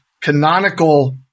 canonical